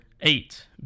eight